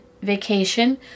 vacation